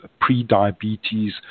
pre-diabetes